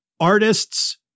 Artists